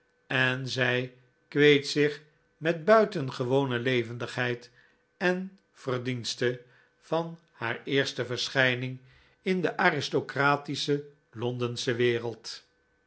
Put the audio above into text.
en zij kweet zich met buitengewone levendigheid en verdienste van haar eerste verschijning in de aristocratische londensche wereld